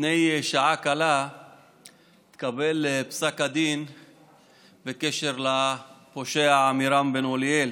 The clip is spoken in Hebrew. לפני שעה קלה התקבל פסק הדין בקשר לפושע עמירם בן אוליאל,